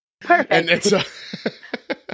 Perfect